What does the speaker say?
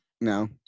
No